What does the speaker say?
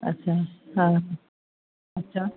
अछा हा अछा